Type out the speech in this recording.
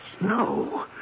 No